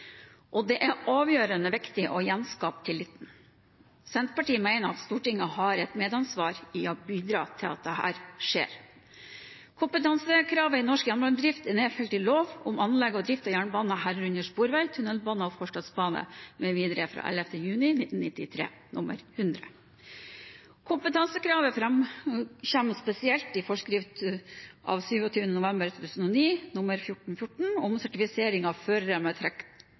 og det er avgjørende viktig å gjenskape tilliten. Senterpartiet mener at Stortinget har et medansvar i å bidra til at det skjer. Kompetansekravet i norsk jernbanedrift er nedfelt i lov om anlegg og drift av jernbane, herunder sporvei, tunnelbane og forstadsbane m.m. av 11. juni 1993 nr. 100. Kompetansekravet framkommer spesielt i forskrift av 27. november 2009 nr. 1414 om sertifisering av